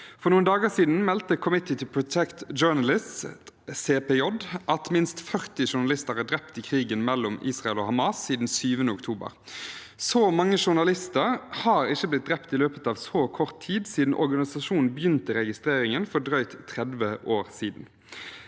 For noen dager siden meldte Committee to Protect Journalists, CPJ, at minst 40 journalister er drept i krigen mellom Israel og Hamas siden 7. oktober. Så mange journalister er ikke blitt drept i løpet av så kort tid siden organisasjonen begynte registreringen for drøyt 30 år siden.